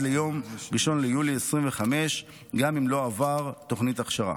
ליום 1 ביולי 2025 גם אם לא עבר תוכנית הכשרה.